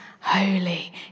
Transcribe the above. holy